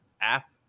app